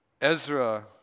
Ezra